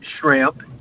shrimp